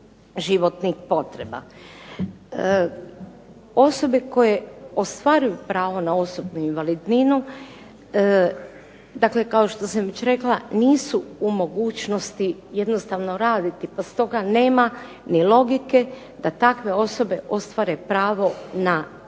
životnih potreba. Osobe koje ostvaruju pravo na osobnu invalidninu, dakle kao što sam već rekla, nisu u mogućnosti jednostavno raditi pa stoga nema ni logike da takve osobe ostvare pravo na invalidsku